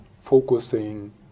focusing